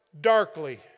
darkly